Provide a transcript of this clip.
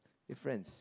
your friends